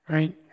Right